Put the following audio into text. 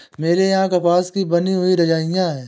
मेरे यहां कपास की बनी हुई रजाइयां है